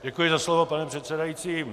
Děkuji za slovo, pane předsedající.